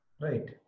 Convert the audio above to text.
Right